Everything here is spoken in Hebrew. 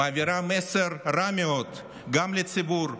מעבירה מסר רע מאוד גם לציבור,